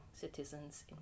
citizens